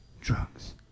Drugs